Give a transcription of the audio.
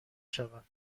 شوند